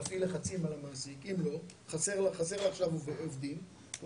להפעיל לחצים על ה --- שחסרים לו עובדים והוא